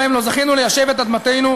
שבהן לא זכינו ליישב את אדמתנו,